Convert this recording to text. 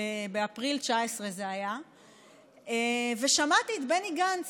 זה היה באפריל 2019. שמעתי את בני גנץ